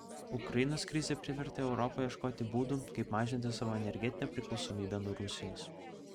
ukrainos krizė privertė europą ieškoti būdų kaip mažinti savo energetinę priklausomybę nuo rusijos